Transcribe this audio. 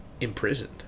imprisoned